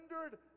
rendered